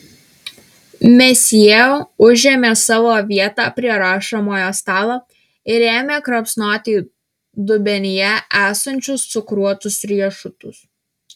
mesjė užėmė savo vietą prie rašomojo stalo ir ėmė kramsnoti dubenyje esančius cukruotus riešutus